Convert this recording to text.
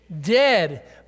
dead